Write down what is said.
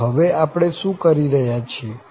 આમ હવે આપણે શું કરી રહ્યા છીએ